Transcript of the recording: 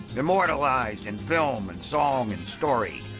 immortalised in film and song and story.